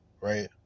right